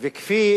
וכפי